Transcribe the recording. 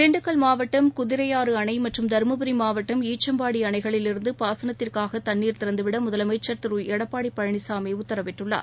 தின்டுக்கல் மாவட்டம் குதிரையாறு அணை மற்றும் தருமபுரி மாவட்டம் ஈச்சம்பாடி அணைகளிலிருந்து பாசனத்திற்காக தண்ணீர் திறந்துவிட முதலமைச்சர் திரு எடப்பாடி பழனிசாமி உத்தரவிட்டுள்ளார்